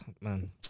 Man